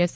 S